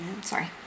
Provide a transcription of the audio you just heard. Sorry